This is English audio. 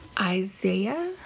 Isaiah